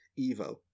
Evo